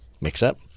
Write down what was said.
mix-up